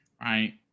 right